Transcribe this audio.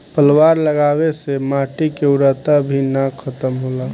पलवार लगावे से माटी के उर्वरता भी ना खतम होला